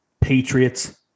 Patriots